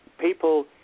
people